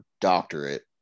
doctorate